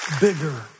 bigger